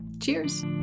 cheers